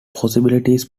possibilities